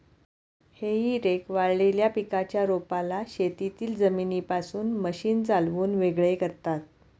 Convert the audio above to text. हेई रेक वाळलेल्या पिकाच्या रोपाला शेतातील जमिनीपासून मशीन चालवून वेगळे करतात